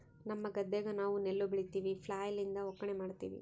ನಮ್ಮ ಗದ್ದೆಗ ನಾವು ನೆಲ್ಲು ಬೆಳಿತಿವಿ, ಫ್ಲ್ಯಾಯ್ಲ್ ಲಿಂದ ಒಕ್ಕಣೆ ಮಾಡ್ತಿವಿ